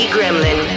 Gremlin